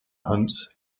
hunts